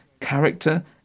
character